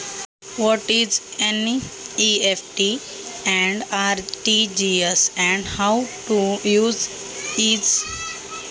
NEFT आणि RTGS म्हणजे काय व कसे वापरायचे?